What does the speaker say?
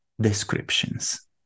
descriptions